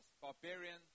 barbarian